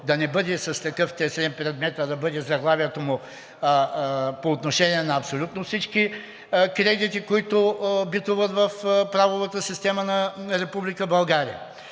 да не бъде с такъв предмет, а да бъде заглавието му по отношение на абсолютно всички кредити, които битуват в правовата система на Република